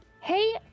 Hey